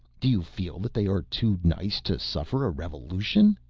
do you feel that they are too nice to suffer a revolution?